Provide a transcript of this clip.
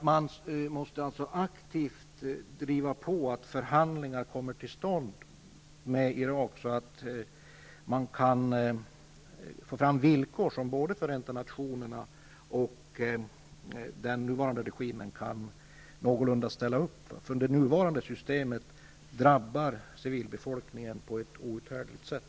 Man måste alltså aktivt driva på, så att förhandlingar med Irak kommer till stånd i syfte att få fram villkor som både Förenta nationerna och den nuvarande regimen i Irak någorlunda kan ställa upp på. Det nuvarande tillståndet drabbar civilbefolkninen på ett outhärdligt sätt.